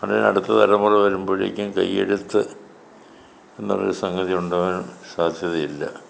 അതുകൊണ്ട് തന്നെ അടുത്ത തലമുറ വരുമ്പഴേക്കും കൈയ്യെഴുത്ത് എന്നുള്ള ഒരു സംഗതി ഉണ്ടാവാൻ സാധ്യതയില്ല